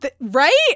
Right